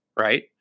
Right